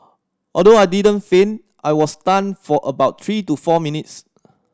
although I didn't faint I was stunned for about three to four minutes